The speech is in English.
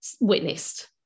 witnessed